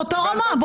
באותה רמה.